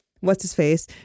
what's-his-face